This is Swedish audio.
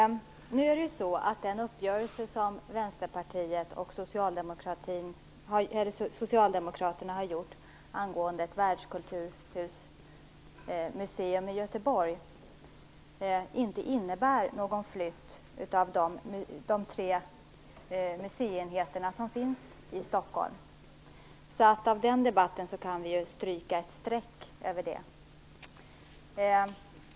Fru talman! Den uppgörelse som Vänsterpartiet och socialdemokraterna har gjort angående ett världskulturmuseum i Göteborg innebär inte någon flyttning av de tre museienheter som finns i Stockholm. Den debatten kan vi stryka ett streck över.